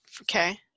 Okay